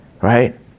right